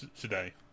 today